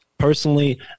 personally